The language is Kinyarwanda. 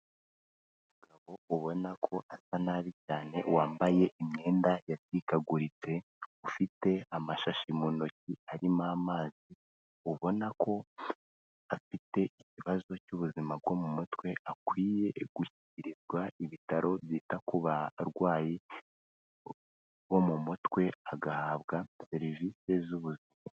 Umugabo ubona ko asa nabi cyane wambaye imyenda yacikaguritse ufite amashashi mu ntoki arimo amazi, ubona ko afite ikibazo cy'ubuzima bwo mu mutwe akwiye gukirizwa ibitaro byita ku barwayi bo mu mutwe agahabwa serivisi z'ubuzima.